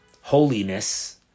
holiness